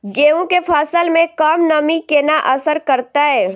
गेंहूँ केँ फसल मे कम नमी केना असर करतै?